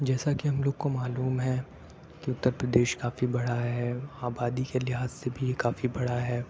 جیسا کہ ہم لوگ کو معلوم ہے کہ اُتر پردیش کافی بڑا ہے آبادی کے لحاظ سے بھی کافی بڑا ہے